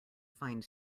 find